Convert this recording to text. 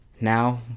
now